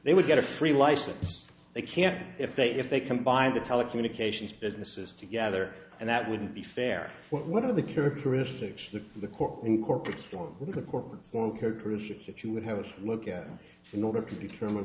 they would get a free license they can if they if they combined the telecommunications businesses together and that wouldn't be fair what are the characteristics that the court in corporate could corporate for could cruise ship that you would have a look at in order to determine